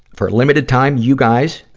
for a limited time, you guys,